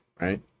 right